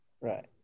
Right